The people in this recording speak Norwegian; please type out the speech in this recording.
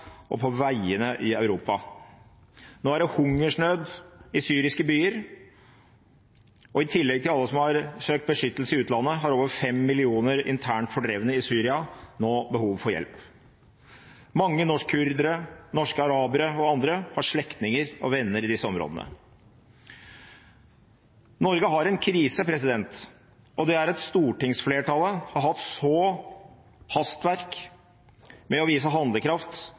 og på veiene i Europa. Nå er det hungersnød i syriske byer, og i tillegg til alle som har søkt beskyttelse i utlandet, har over fem millioner internt fordrevne i Syria nå behov for hjelp. Mange norsk-kurdere, norske arabere og andre har slektninger og venner i disse områdene. Norge har én krise, og det er at stortingsflertallet har hatt så hastverk med å vise handlekraft